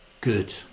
good